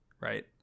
right